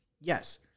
yes